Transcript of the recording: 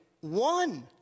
one